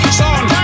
son